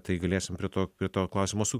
tai galėsim prie to prie to klausimo su